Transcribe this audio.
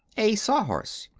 a sawhorse.